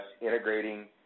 integrating